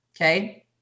okay